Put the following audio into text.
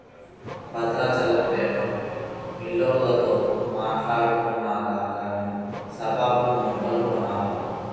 Bhadrachalam paper మిల్లోల్లతో మాట్టాడుకొన్నాక గానీ సుబాబుల్ మొక్కలు కొనాల